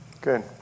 Good